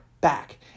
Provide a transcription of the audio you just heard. back